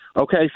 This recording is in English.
okay